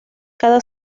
cada